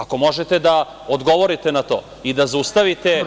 Ako možete da odgovorite na to i da zaustavite…